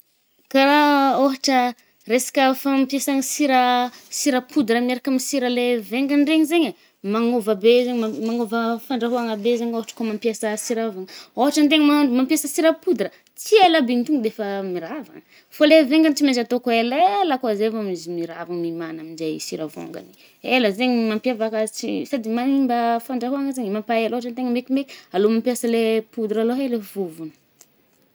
Kà raha ôhatra resaka fampiasàgna sira sira poudre miaraka amy sira le vengany regny zaigny e, magnôva be zaigny magn-magnôva fandrahoàgna be zaigny ôhatra kô mampiasa sira vo. Ôhatra antegna mahandro mampiasa sira poudre a, tsy ela aby igny to defa mirava. Fô le vengany tsy maitsy atôko elela kô zay vô izy mirava magna anje i sira vongany i. Ela zaigny mampiavaka azy tsy sady manimba fandrahoàgna zaigny mampaela. Ôhatra antegna mekimeky, alô mampiasa le poudre alôha e, alô vovony.